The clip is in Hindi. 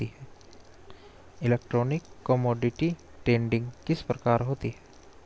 इलेक्ट्रॉनिक कोमोडिटी ट्रेडिंग किस प्रकार होती है?